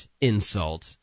insult